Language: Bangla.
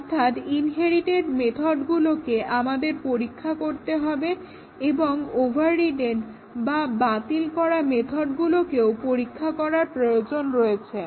অর্থাৎ ইনহেরিটেড মেথডগুলোকে আমাদের পরীক্ষা করতে হবে এবং ওভাররিডেন বা বাতিল করা মেথডগুলোকেও পরীক্ষা করার প্রয়োজন রয়েছে